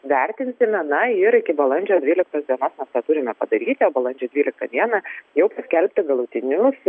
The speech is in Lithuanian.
vertinti na ir iki balandžio dvyliktos dienos mes tą turime padaryti o balandžio dvyliktą dieną jau paskelbti galutinius